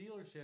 dealership